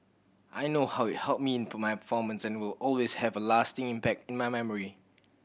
I know how it helped me to my performance and will always have a lasting impact in my memory